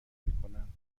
میکنند